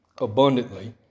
abundantly